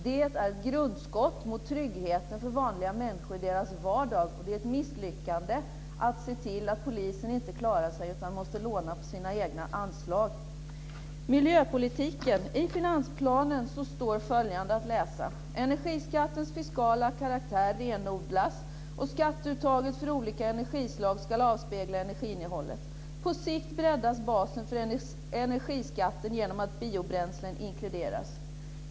Det är grundskott mot tryggheten för vanliga människor i deras vardag. Det är ett misslyckande att polisen inte klarar sig, utan måste låna från sina egna anslag. I finansplanen står följande att läsa om miljöpolitiken: Energiskattens fiskala karaktär renodlas, och skatteuttaget för olika energislag ska avspegla energiinnehållet. På sikt breddas basen för energiskatten genom att biobränslen inkluderas.